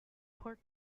pork